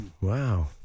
Wow